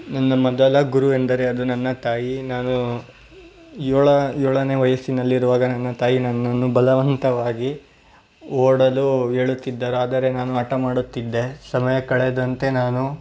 ನನ್ನ ಮೊದಲ ಗುರು ಎಂದರೆ ಅದು ನನ್ನ ತಾಯಿ ನಾನು ಯೋಳ ಏಳನೇ ವಯಸ್ಸಿನಲ್ಲಿರುವಾಗ ನನ್ನ ತಾಯಿ ನನ್ನನ್ನು ಬಲವಂತವಾಗಿ ಓಡಲು ಹೇಳುತ್ತಿದ್ದರು ಆದರೆ ನಾನು ಹಟ ಮಾಡುತ್ತಿದ್ದೆ ಸಮಯ ಕಳೆದಂತೆ ನಾನು